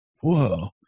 Whoa